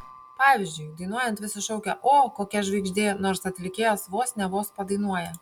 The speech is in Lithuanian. pavyzdžiui dainuojant visi šaukia o kokia žvaigždė nors atlikėjas vos ne vos padainuoja